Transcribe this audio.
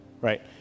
right